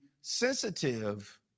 sensitive